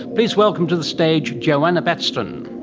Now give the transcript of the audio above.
please welcome to the stage joanna batstone.